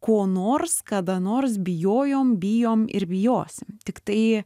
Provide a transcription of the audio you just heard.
ko nors kada nors bijojom bijom ir bijosim tiktai